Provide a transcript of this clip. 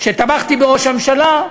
ותמכתי בראש הממשלה,